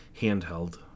handheld